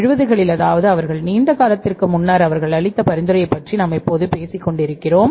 70 களில் அதாவது அவர்கள் நீண்ட காலத்திற்குத்முன்னர் அவர்கள் அளித்த பரிந்துரையை பற்றி நாம் இப்போது பேசிக்கொண்டிருக்கிறோம்